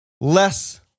less